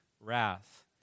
wrath